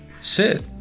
sit